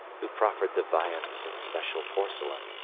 who proffered the viands in special porcelain,